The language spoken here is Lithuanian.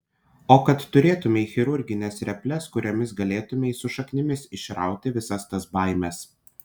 o kad turėtumei chirurgines reples kuriomis galėtumei su šaknimis išrauti visas tas baimes